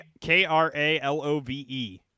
K-R-A-L-O-V-E